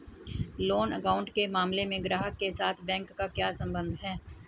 Loan account के मामले में ग्राहक के साथ बैंक का क्या संबंध है?